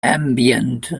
ambient